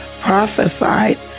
prophesied